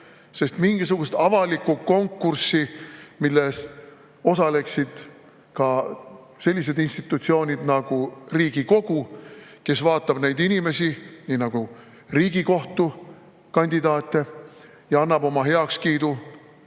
tea. Mingisugust avalikku konkurssi, milles osaleksid ka sellised institutsioonid nagu Riigikogu, kes vaataks neid inimesi nii nagu Riigikohtu [liikme] kandidaate ja annaks oma heakskiidu,